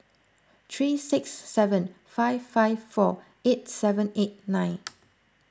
three six seven five five four eight seven eight nine